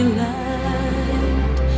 light